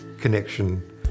connection